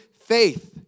faith